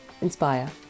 Inspire